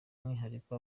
umwihariko